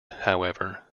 however